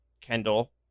Kendall